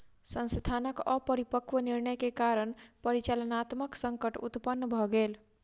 संस्थानक अपरिपक्व निर्णय के कारण परिचालनात्मक संकट उत्पन्न भ गेल